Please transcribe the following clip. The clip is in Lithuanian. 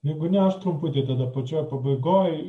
jeigu ne aš trumputį pačioj pabaigoj